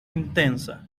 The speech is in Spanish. intensa